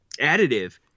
additive